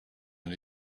and